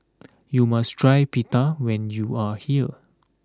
you must try pita when you are here